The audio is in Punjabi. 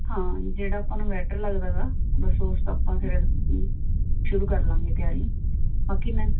ਹਾਂ ਜਿਹੜਾ ਆਪਾਂ ਨੂੰ ਬੈਟਰ ਲੱਗਦਾ ਗਾ ਬਸ ਉਸ ਤੋਂ ਆਪਾਂ ਫਿਰ ਸ਼ੁਰੂ ਕਰ ਲਾਂਗੇ ਤਿਆਰੀ ਬਾਕੀ ਨਾ